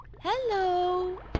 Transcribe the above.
Hello